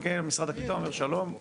מגיע למשרד הקליטה ואומר: ״שלום,